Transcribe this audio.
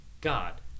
God